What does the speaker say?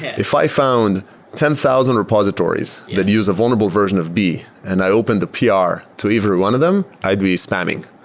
if i found ten thousand repositories that use a vulnerable version of b and i opened the pr to either one of them, i'd be spamming.